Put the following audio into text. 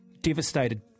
Devastated